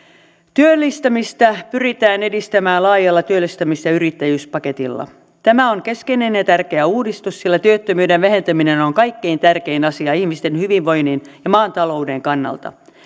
työllistämistä pyritään edistämään laajalla työllistämis ja yrittäjyyspaketilla tämä on keskeinen ja tärkeä uudistus sillä työttömyyden vähentäminen on kaikkein tärkein asia ihmisten hyvinvoinnin ja maan talouden kannalta